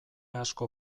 asko